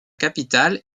capitale